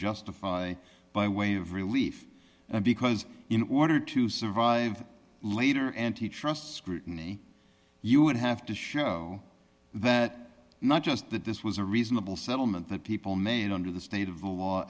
justify by way of relief because in order to survive later antitrust scrutiny you would have to show that not just that this was a reasonable settlement that people made under the state of